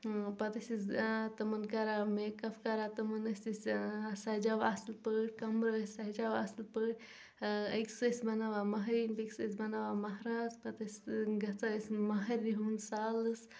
پتہٕ ٲسۍ أسۍ تِمن کران میک اپ کران تِمن ٲسۍ أسۍ سجاوان اصٕل پٲٹھۍ کمبرٕ ٲسۍ سجاوان اصٕل پٲٹھۍ أکِس ٲسۍ بناوان مہرنۍ بیٚکِس ٲسۍ بناوان مہرازٕ پتہٕ ٲسۍ گژھان أسۍ مہرِنہِ ہنٛد سالس